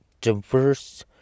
diverse